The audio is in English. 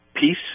peace